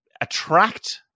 attract